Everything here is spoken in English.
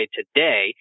Today